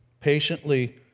Patiently